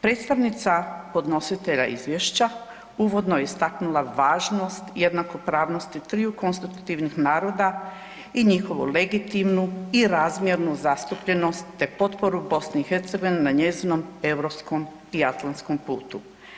Predstavnica podnositelja izvješća uvodno je istaknula važnost jednakopravnosti triju konstitutivnih naroda i njihovu legitimnu i razmjernu zastupljenost te potporu BiH na njezinom europskom i atlantskom putu.